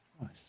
nice